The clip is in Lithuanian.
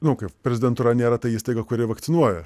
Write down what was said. nu kaip prezidentūra nėra ta įstaiga kuri vakcinuoja